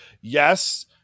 yes